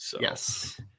Yes